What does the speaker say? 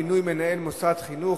מינוי מנהל מוסד חינוך),